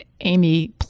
Amy